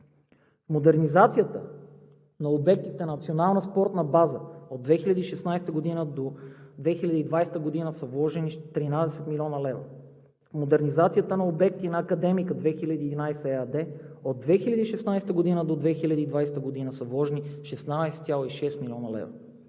модернизацията на обектите на Национална спортна база от 2016-а до 2020 г. са вложени 13 млн. лв. В модернизацията на обекти на „Академика 2011“ ЕАД от 2016-а до 2020 г. са вложени 16,6 млн. лв.